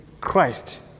Christ